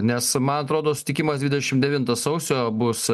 nes man atrodo sutikimas dvidešimt devintą sausio bus